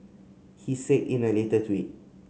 he said in a later tweet